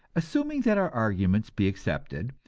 assuming that our argument be accepted,